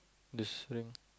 this ring